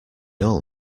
all